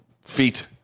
feet